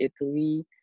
Italy